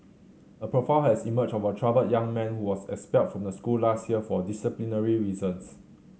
a profile has emerged of a troubled young man who was expelled from the school last year for disciplinary reasons